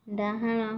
ଡାହାଣ